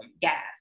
gas